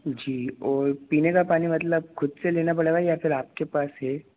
जी और पिने का पानी मतलब ख़ुद से लेना पड़ेगा या फिर आपके पास है